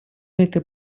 найти